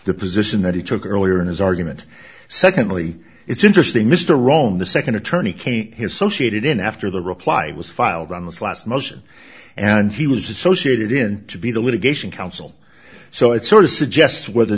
the position that he took earlier in his argument secondly it's interesting mr rome the second attorney came his sociate it in after the reply was filed on this last motion and he was associated in to be the litigation counsel so it sort of suggests where the